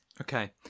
Okay